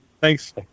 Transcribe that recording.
Thanks